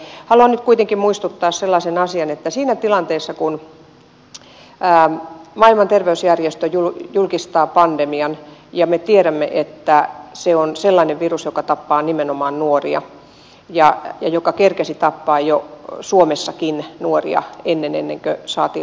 haluan nyt kuitenkin muistuttaa sellaisen asian että siinä tilanteessa kun maailman terveysjärjestö julkisti pandemian ja me tiedämme että se on sellainen virus joka tappaa nimenomaan nuoria ja joka kerkesi tappaa jo suomessakin nuoria ennen ei niinkään saati